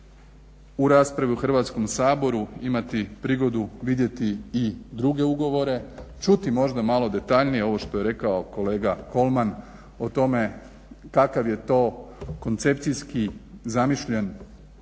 u raspravi u Hrvatskom saboru imati prigodu vidjeti i druge ugovore, čuti možda malo detaljnije ovo što je rekao kolega Kolman o tome kakav je to koncepcijski zamišljen